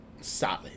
solid